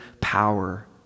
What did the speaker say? power